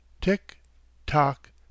Tick-tock